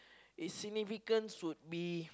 its significance would be